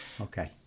okay